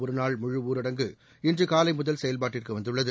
ஒருநாள் முழுஊரடங்கு இன்று காலை முதல் செயல்பாட்டுக்கு வந்துள்ளது